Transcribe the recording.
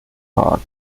park